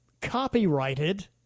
copyrighted